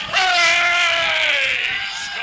Praise